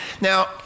Now